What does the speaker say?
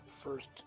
first